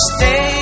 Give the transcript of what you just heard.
Stay